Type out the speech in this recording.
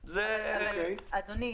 אדוני,